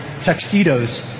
tuxedos